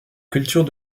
culture